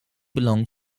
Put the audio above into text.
belonged